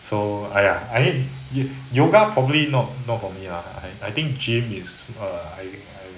so !aiya! I mean yo~ yoga probably not not for me lah I I think gym is err I I